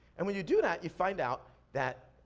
and when you do that, you find out that,